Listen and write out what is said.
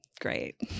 great